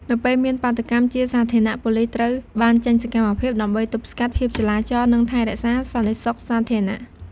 ពេលមានការបាតុកម្មជាសាធារណៈ ប៉ូលីសត្រូវបានចេញសកម្មភាព ដើម្បីទប់ស្កាត់ភាពចលាចល និងថែរក្សាសន្តិសុខសាធារណៈ។